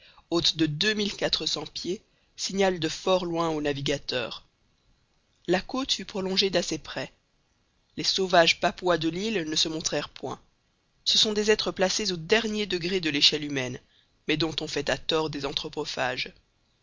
haute de deux mille quatre cents pieds signale de fort loin aux navigateurs la côte fut prolongée d'assez près les sauvages papouas de l'île ne se montrèrent point ce sont des êtres placés au dernier degré de l'échelle humaine mais dont on fait à tort des